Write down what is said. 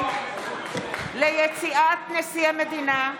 נשיא המדינה.